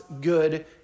good